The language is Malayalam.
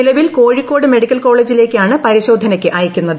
നിലവിൽ കോഴിക്കോട് മെഡിക്കൽ കോളേജിലേക്ക് ആണ് പരിശോധനയ്ക്ക് അയയ്ക്കുന്നത്